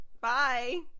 Bye